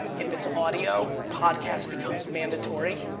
if it's audio, podcast becomes mandatory.